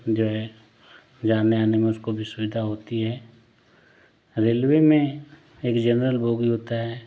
जो है जाने आने में उसको भी सुविधा होती है रेलवे में एक जनरल बोगी होता है